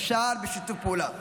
אפשר בשיתוף פעולה.